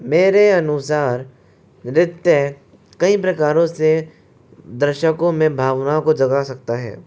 मेरे अनुसार नृत्य कई प्रकारों से दर्शकों में भावनाओं को जगा सकता है